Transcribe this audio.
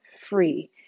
free